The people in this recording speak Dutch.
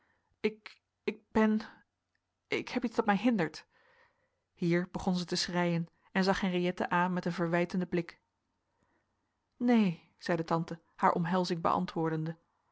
ik ben ik heb iets dat mij hindert hier begon zij te schreien en zag henriëtte aan met een verwijtenden blik neen zeide tante haar omhelzing beantwoordende